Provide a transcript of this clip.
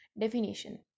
definition